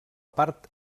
part